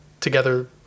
together